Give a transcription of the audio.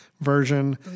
version